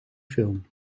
film